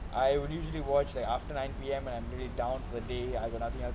I usually watch like after nine P_M and I'm really down for the day I got nothing else